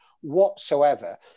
whatsoever